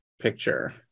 picture